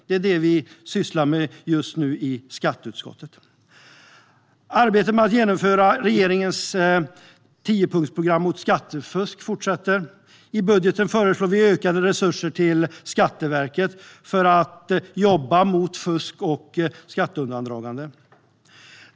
Det är det vi sysslar med i skatteutskottet just nu. Arbetet med att genomföra regeringens tiopunktsprogram mot skattefusk fortsätter. I budgeten föreslår vi ökade resurser till Skatteverkets jobb mot fusk och skatteundandragande.